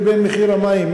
לבין מחיר המים.